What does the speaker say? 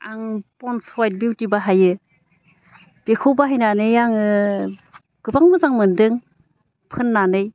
आं Ponds white beauty बाहायो बेखौ बाहायनानै आङो गोबां मोजां मोन्दों फोननानै